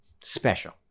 special